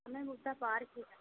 हमें voter park